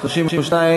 (תיקון), התשע"ד